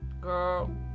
girl